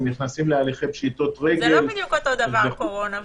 הם נכנסים להליכי פשיטות רגל --- זה לא בדיוק אותו דבר קורונה וזנות,